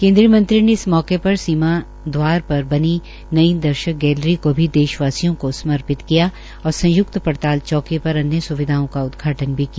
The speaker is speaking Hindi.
केन्द्रीय मंत्री ने इस मौके पर सीमा पर बनी नई दर्शक गैलरी को भी देशवासियों को समर्पित किया और संय्क्त पड़ताल चौकी पर अन्य सुविधाओं का उदघाटन भी किया